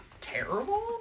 ...terrible